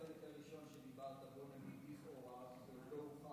שאלת אותי, אני מוכן לענות לך.